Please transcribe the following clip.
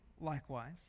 likewise